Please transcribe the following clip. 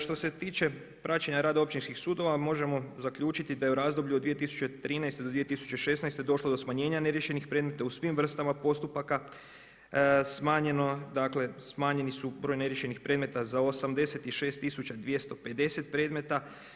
Što se tiče praćenja rada općinskih sudova, možemo zaključiti da je u razdoblju od 2013. do 2016. došlo do smanjenja neriješenih predmeta u svim vrstama postupaka, smanjeni su broj neriješenih predmeta za 86 250 predmeta.